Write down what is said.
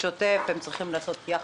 בשוטף הם צריכים לעשות יח"צ,